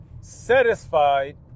Satisfied